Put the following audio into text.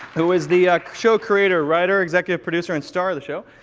who is the show creator, writer, executive producer, and star of the show.